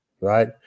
right